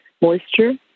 moisture